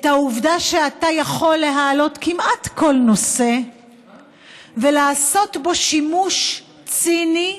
את העובדה שאתה יכול להעלות כמעט כל נושא ולעשות בו שימוש ציני,